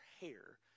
hair